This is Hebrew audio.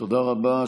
תודה רבה.